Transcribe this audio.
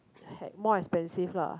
!heck! more expensive lah